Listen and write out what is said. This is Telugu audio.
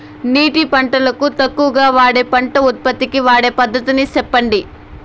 నీటిని పంటలకు తక్కువగా వాడే పంట ఉత్పత్తికి వాడే పద్ధతిని సెప్పండి?